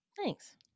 Thanks